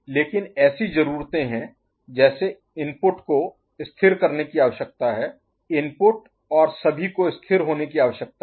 लेकिन ऐसी जरूरर्तें हैं जैसे इनपुट को स्थिर करने की आवश्यकता है इनपुट और सभी को स्थिर होने की आवश्यकता है